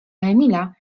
emila